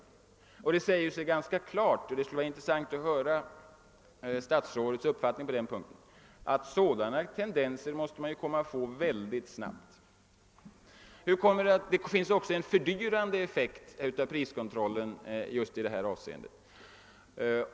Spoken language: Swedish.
Det framstår också som ganska klart — och det skulle vara intressant att höra statsrådets uppfattning på denna punkt — att sådana tendenser måste uppstå mycket snabbt. Priskontrollen har vidare en fördyrande effekt i detta avseende.